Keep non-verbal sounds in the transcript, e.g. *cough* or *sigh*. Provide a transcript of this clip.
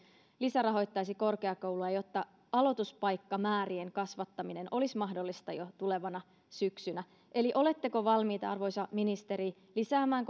lisärahoittasi korkeakouluja jotta aloituspaikkamäärien kasvattaminen olisi mahdollista jo tulevana syksynä eli oletteko valmiita arvoisa ministeri lisäämään *unintelligible*